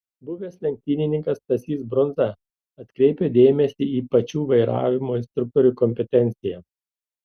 buvęs lenktynininkas stasys brundza atkreipia dėmesį į pačių vairavimo instruktorių kompetenciją